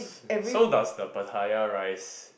so does the pattaya rice